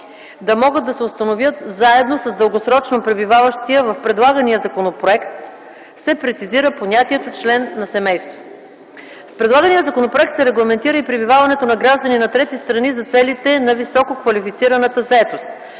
да могат да се установят заедно с дългосрочно пребиваващия, в предлагания законопроект се прецизира понятието „член на семейство”. С предлагания законопроект се регламентира и пребиваването на граждани на трети страни за целите на висококвалифицираната заетост.